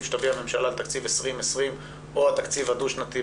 שתביא הממשלה לתקציב 2020 או התקציב הדו שנתי,